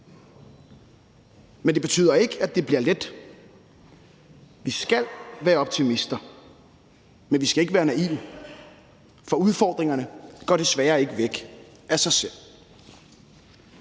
Men det betyder ikke, at det bliver let. Vi skal være optimister, men vi skal ikke være naive, for udfordringerne går desværre ikke væk af sig selv.